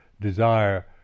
desire